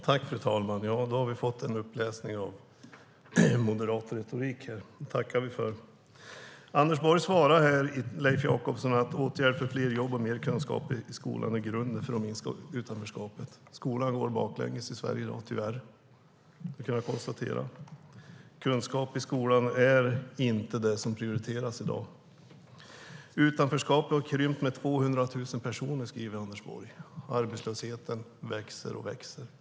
Fru talman! Nu har vi här fått en uppläsning av moderat retorik. Det tackar vi för. Anders Borg svarar Leif Jakobsson att åtgärder för fler jobb och mer kunskaper i skolan är grunden för att minska utanförskapet. Skolan går tyvärr i dag baklänges i Sverige. Det kan man konstatera. Kunskap i skolan är inte det som prioriteras i dag. Utanförskapet har krympt med 200 000 personer, säger Anders Borg. Arbetslösheten växer och växer.